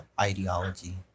ideology